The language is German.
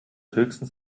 höchstens